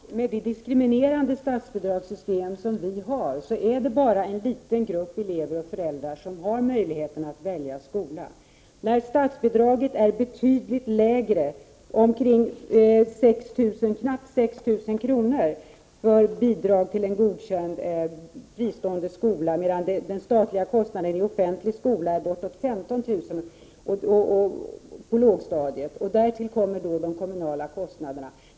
Herr talman! Med det diskriminerande statsbidragssystem som vi i dag har är det bara en liten grupp elever och föräldrar som har möjlighet att välja skola. Statsbidragen är betydligt lägre, knappt 6 000 kr. i bidrag per barn och år för en godkänd fristående skola, medan den statliga kostnaden för en offentligt driven skola är bortåt 15 000 kr. på lågstadiet per elev. Därtill kommer de kommunala kostnaderna.